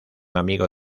amigo